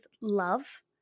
love